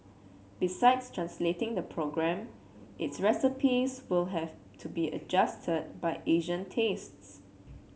besides translating the program its recipes will have to be adjusted by Asian tastes